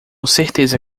certeza